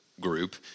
group